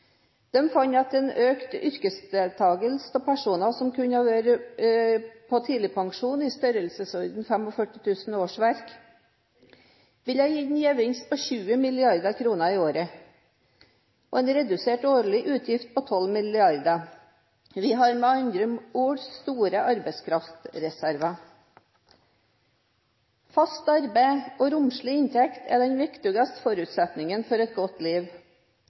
fant at en økt yrkesdeltakelse av personer som kunne ha tatt ut tidlig pensjon, i størrelsesordenen 45 000 årsverk, ville ha gitt en gevinst på 20 mrd. kr i året og en redusert årlig utgift på 12 mrd. kr. Vi har med andre ord store arbeidskraftreserver. Fast arbeid og romslig inntekt er den viktigste forutsetningen for et godt liv.